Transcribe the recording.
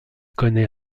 connaît